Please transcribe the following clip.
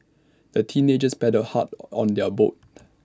the teenagers paddled hard on their boat